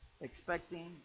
expecting